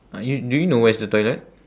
uh you do you know where's the toilet